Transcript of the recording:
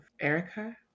Erica